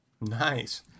Nice